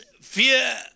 fear